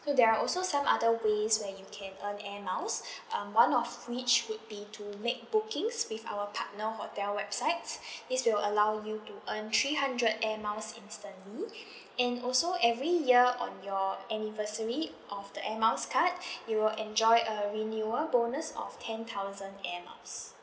so there are also some other ways where you can earn air miles um one of which would be to make bookings with our partnered hotel websites it'll allow you to earn three hundred air miles instantly and also every year on your anniversary of the air miles card you'll enjoy a renewal bonus of ten thousand air miles